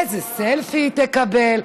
איזה סלפי היא תקבל.